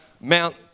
Mount